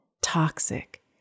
toxic